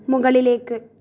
മുകളിലേക്ക്